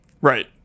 Right